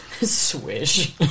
Swish